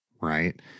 right